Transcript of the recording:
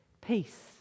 Peace